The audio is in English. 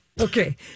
Okay